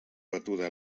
batuda